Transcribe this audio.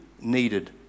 needed